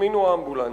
הזמינו אמבולנסים,